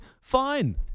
fine